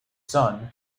son